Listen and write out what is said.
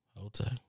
Okay